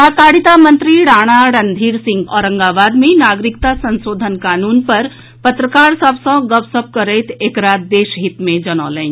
सहकारिता मंत्री राणा रणधीर सिंह औरंगाबाद मे नागरिकता संशोधन कानून पर पत्रकार सभ सँ गपशप करैत एकरा देशहित मे जनौलनि